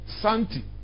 Santi